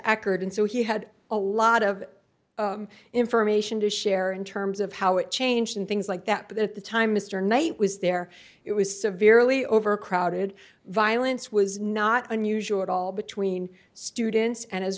acard and so he had a lot of information to share in terms of how it changed and things like that but at the time mr knight was there it was severely overcrowded violence was not unusual at all between students and as